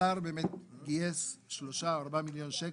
השר באמת גייס 3,000,000,000 או 4,000,000,000 שקל,